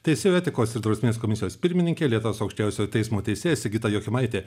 teisėjų etikos ir drausmės komisijos pirmininkė lietuvos aukščiausiojo teismo teisėja sigita jokimaitė